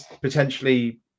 potentially